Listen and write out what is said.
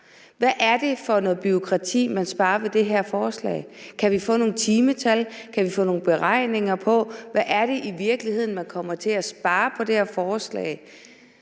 Hvad er det for noget bureaukrati, man sparer ved det her forslag? Kan vi få nogle timetal, kan vi få nogle beregninger på, hvad det i virkeligheden er, man kommer til at spare med det her forslag?